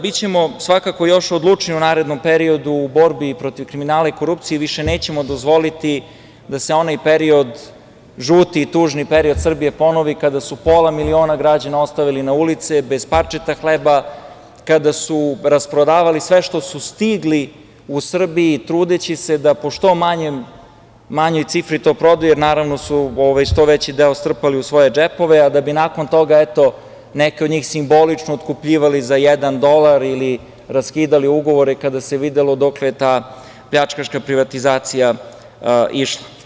Bićemo svakako još odlučniji u narednom periodu u borbi protiv kriminala i korupcije i više nećemo dozvoliti da se onaj period, žuti i tužni period, Srbije ponovi kada su pola miliona građana ostavili na ulicama, bez parčeta hleba, kada su rasprodavali sve što su stigli u Srbiji, trudeći se da po što manjoj cifri to prodaju, jer naravno veći deo su strpali u svoje džepove, a da bi nakon toga neki od njih simbolično otkupljivali za jedan dolar ili raskidali ugovore kada se videlo dokle je ta pljačkaška privatizacija išla.